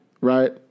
right